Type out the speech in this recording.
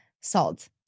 Salt